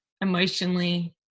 emotionally